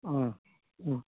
उम उम